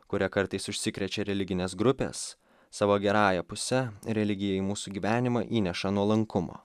kuria kartais užsikrečia religinės grupės savo gerąja puse religija į mūsų gyvenimą įneša nuolankumo